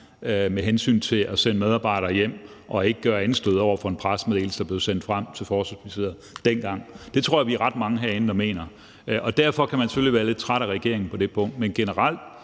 med hensyn til at sende medarbejdere hjem og ikke gøre anskrig over for en pressemeddelelse, der blev sendt frem til Forsvarsministeriet dengang, ikke var så smart. Det tror jeg vi er ret mange herinde der mener, og derfor kan man selvfølgelig være lidt træt af regeringen på det punkt. Men generelt